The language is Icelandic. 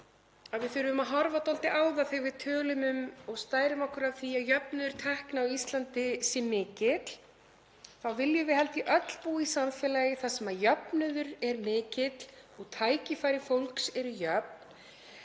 og við þurfum að horfa dálítið á það. Þegar við tölum um og stærum okkur af því að jöfnuður tekna á Íslandi sé mikill þá viljum við, held ég, öll búa í samfélagi þar sem jöfnuður er mikill og tækifæri fólks eru jöfn.